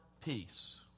peace